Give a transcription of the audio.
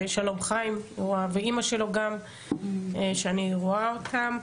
שלום, חיים ואמא שלו, שאני רואה אותם.